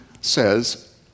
says